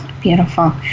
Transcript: Beautiful